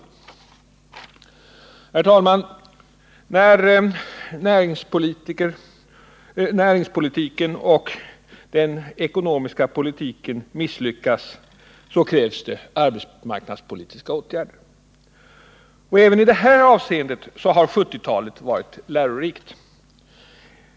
Herr talman! När näringspolitiken och den ekonomiska politiken misslyckas krävs det arbetsmarknadspolitiska åtgärder, och även i det avseendet har 1970-talet varit lärorikt.